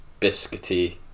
biscuity